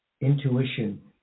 Intuition